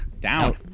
down